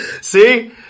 See